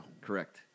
Correct